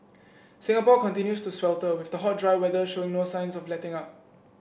Singapore continues to swelter with the hot dry weather showing no signs of letting up